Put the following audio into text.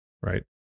Right